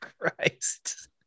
Christ